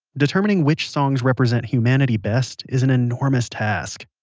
determining which songs represent humanity best is an enormous task.